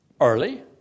early